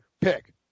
pick